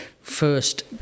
first